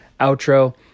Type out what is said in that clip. outro